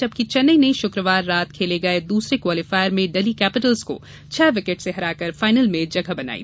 जबकि चेन्नई ने शुक्रवार रात खेले गये दूसरे क्वालीफायर में डेल्ही कैपिटल्स को छह विकेट से हराकर फाइनल में जगह बनाई थी